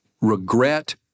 regret